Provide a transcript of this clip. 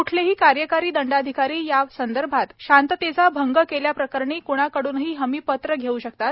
क्ठलेही कार्यकारी दंडाधिकारी यासंदर्भात शांततेचा भंग केल्याप्रकरणी क्णाकडूनही हमीपत्र घेऊ शकतात